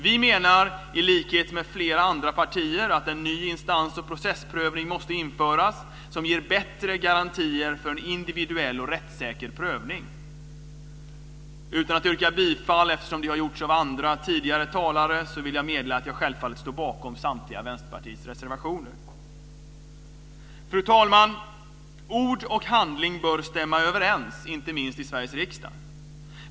Vi menar, i likhet med flera andra partier, att en ny instans och processprövning måste införas, som ger bättre garantier för en individuell och rättssäker prövning. Utan att yrka bifall till samtliga Vänsterpartiets reservationer - det har gjorts av tidigare talare - vill jag meddela att jag självfallet står bakom dessa reservationer. Fru talman! Ord och handling bör stämma överens, inte minst i Sveriges riksdag.